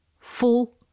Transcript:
full